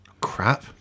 Crap